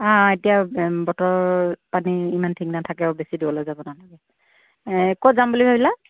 অঁ অঁ এতিয়া বতৰ পানী ইমান ঠিক নাথাকে আৰু ইমান বেছি দূৰলে যাব নালাগে ক'ত যাম বুলি ভাবিলা